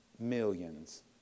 Millions